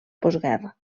postguerra